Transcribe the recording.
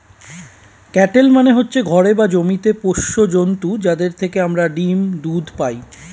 cattle মানে হচ্ছে ঘরে বা জমিতে পোষ্য জন্তু যাদের থেকে আমরা ডিম, দুধ পাই